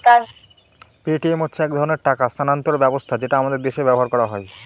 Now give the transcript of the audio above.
Paytm হচ্ছে এক ধরনের টাকা স্থানান্তর ব্যবস্থা যেটা আমাদের দেশে ব্যবহার করা হয়